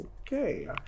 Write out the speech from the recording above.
okay